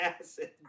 acid